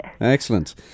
Excellent